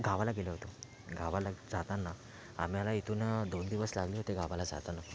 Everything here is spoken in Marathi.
गावाला गेलो होतो गावाला जाताना आम्हाला इथून दोन दिवस लागले होते गावाला जाताना